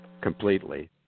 completely